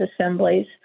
assemblies